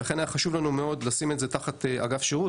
ולכן היה חשוב לנו מאוד לשים את זה תחת אגף שירות.